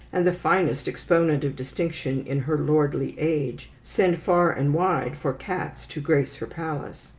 and the finest exponent of distinction in her lordly age, send far and wide for cats to grace her palace?